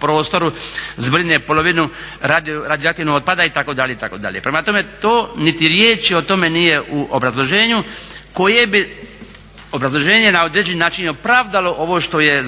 prostoru zbrine polovinu radioaktivnog otpada itd., itd.. Prema tome, to niti riječi o tome nije u obrazloženju koje bi, obrazloženje na određeni način opravdalo ovo što je